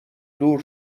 دور